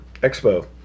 expo